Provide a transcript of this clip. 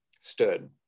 stood